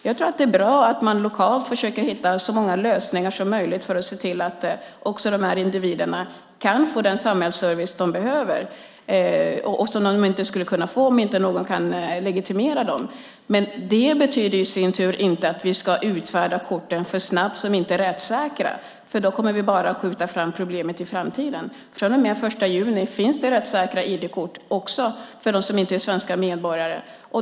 Jag tror att det är bra att man lokalt försöker hitta så många lösningar som möjligt för att se till att också de här individerna kan få den samhällsservice de behöver och som de inte skulle kunna få om inte någon kan legitimera dem. Men det betyder i sin tur inte att vi ska utfärda korten för snabbt, så att de inte är rättssäkra. Då kommer vi bara att skjuta fram problemet. Från och med den 1 juni finns det rättssäkra ID-kort också för dem som inte är svenska medborgare.